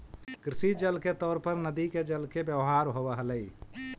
कृषि जल के तौर पर नदि के जल के व्यवहार होव हलई